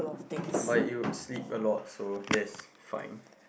but you sleep a lot so that's fine